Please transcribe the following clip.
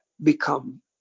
become